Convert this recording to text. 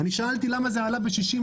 שאלתי למה זה עלה ב-60%.